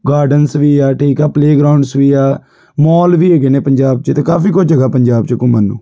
gardens ਵੀ ਆ ਠੀਕ ਆ ਪਲੇਅਗਰਾਊਂਡਸ ਵੀ ਆ ਮੋਲ ਵੀ ਹੈਗੇ ਨੇ ਪੰਜਾਬ 'ਚ ਅਤੇ ਕਾਫੀ ਕੁਝ ਹੈਗਾ ਪੰਜਾਬ 'ਚ ਘੁੰਮਣ ਨੂੰ